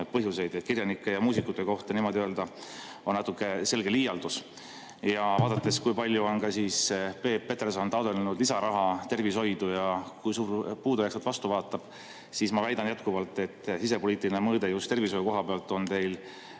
põhjuseid. Kirjanike ja muusikute kohta niimoodi öelda on selge liialdus. Ja vaadates, kui palju on Peep Peterson taotlenud lisaraha tervishoidu ja kui suur puudujääk sealt vastu vaatab, siis ma väidan jätkuvalt, et sisepoliitiline mõõde just tervishoiu kohapealt on teil